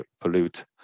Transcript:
pollute